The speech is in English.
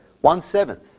One-seventh